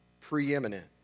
preeminent